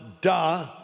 duh